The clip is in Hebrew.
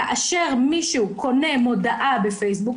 כאשר מישהו קונה מודעה בפייסבוק,